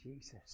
Jesus